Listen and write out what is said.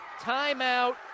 timeout